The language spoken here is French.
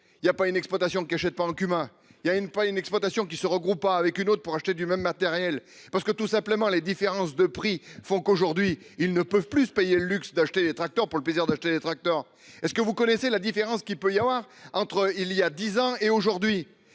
Il y a pas une exploitation qui achète pas au cumin. Il y a une pas une exploitation qui se regroupent avec une autre pour acheter du même matériel parce que tout simplement les différences de prix font qu'aujourd'hui, ils ne peuvent plus se payer le luxe d'acheter des tracteurs pour le plaisir d'acheter des tracteurs. Est-ce que vous connaissez la différence qu'il peut y avoir entre, il y a 10 ans et aujourd'hui